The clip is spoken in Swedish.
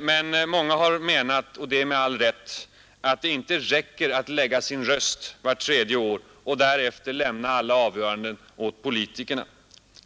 men åtskilliga har menat — och det med all rätt — att det inte räcker att lägga sin röst vart tredje år och därefter lämna alla avgöranden åt politikerna.